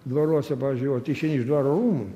dvaruose pavyzdžiui vot išeini iš dvaro rūmų